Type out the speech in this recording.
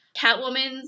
Catwoman's